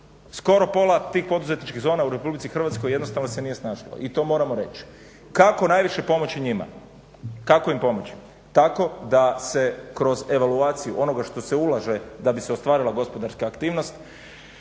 skoro pola tih poduzetničkih zona u Republici Hrvatskoj jednostavno se nije snašlo i to moramo reći. Kako najviše pomoći njima, kako im pomoći? Tako da se kroz evaluaciju onoga što se ulaže da bi se ostvarila gospodarska aktivnost